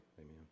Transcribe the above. Amen